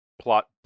plot